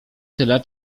tyle